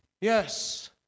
Yes